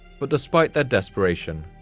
but despite their desperation,